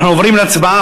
אנחנו עוברים להצבעה.